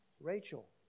Rachel